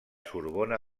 sorbona